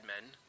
Men